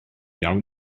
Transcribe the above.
iawn